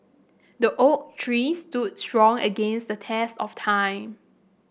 the oak tree stood strong against the test of time